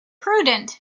prudent